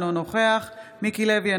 אינו נוכח מיקי לוי,